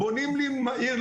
בונים לי עיר,